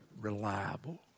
reliable